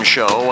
Show